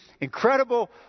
incredible